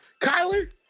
Kyler